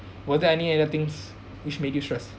were there any other things which made you stress